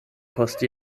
post